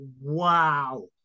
wow